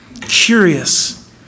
curious